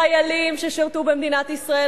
חיילים ששירתו במדינת ישראל,